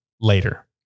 later